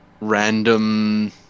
random